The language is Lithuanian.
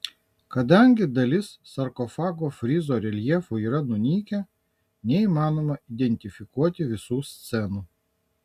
kadangi dalis sarkofago frizo reljefų yra nunykę neįmanoma identifikuoti visų scenų